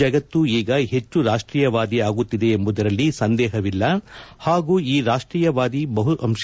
ಜಗತ್ತು ಈಗ ಹೆಚ್ಚು ರಾಷ್ಷೀಯವಾದಿ ಆಗುತ್ತಿದೆ ಎಂಬುದರಲ್ಲಿ ಸಂದೇಹವಿಲ್ಲ ಹಾಗೂ ಈ ರಾಷ್ಷೀಯತೆಯ ಬಹು ಅಂಶ